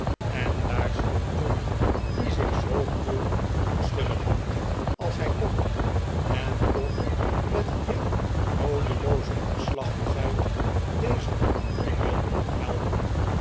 en daar stond john die zich zoo koel en onverschillig hield als hij kon en toch met heel noodelooze omslachtigheid deze ontmoeting wilde ophelderen